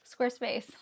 Squarespace